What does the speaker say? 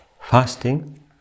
fasting